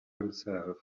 himself